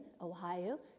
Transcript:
Ohio